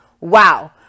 Wow